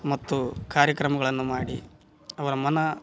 ಮತ್ತು ಕಾರ್ಯಕ್ರಮಗಳನ್ನು ಮಾಡಿ ಅವರ ಮನ